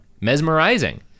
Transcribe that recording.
Mesmerizing